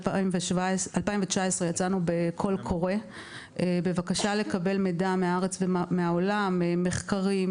ב-2019 יצאנו בקול קורא בבקשה לקבל מידע מהארץ ומהעולם על מחקרים,